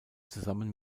zusammen